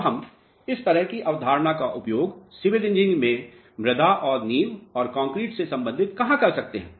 अब हम इस तरह की अवधारणा का उपयोग सिविल इंजीनियरिंग में मृदा और नींव और कंक्रीट से संबंधित कँहा कर सकते हैं